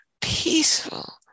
peaceful